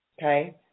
Okay